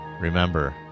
Remember